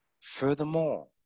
furthermore